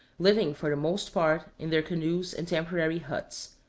living for the most part in their canoes and temporary huts.